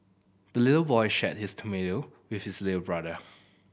the little boy shared his tomato with his little brother